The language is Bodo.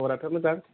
फरायखैमोन दां